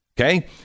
Okay